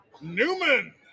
Newman